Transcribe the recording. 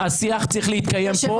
לא ניכר שאתה רוצה מערכת עצמאית.